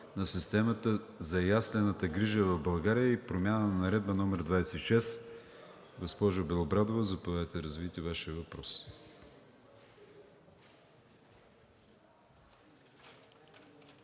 на системата за яслената грижа в България и промяна на Наредба № 26. Госпожо Белобрадова, заповядайте да развиете Вашия въпрос.